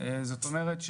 זאת אומרת,